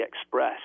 Express